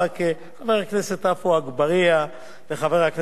חבר הכנסת עפו אגבאריה וחבר הכנסת חנא סוייד,